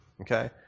Okay